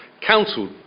council